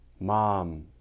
mom